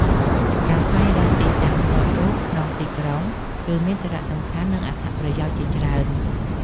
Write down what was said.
ការស្វែងរកទីតាំងថតរូបក្នុងទីក្រុង គឺមានសារៈសំខាន់ និងអត្ថប្រយោជន៍ជាច្រើន។